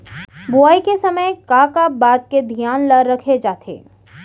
बुआई के समय का का बात के धियान ल रखे जाथे?